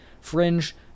fringe